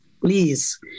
please